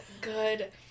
good